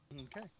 Okay